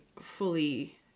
fully